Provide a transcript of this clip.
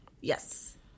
Yes